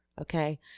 Okay